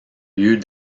lieux